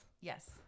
Yes